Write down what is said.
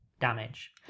damage